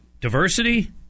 Diversity